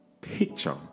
picture